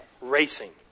racing